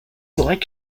like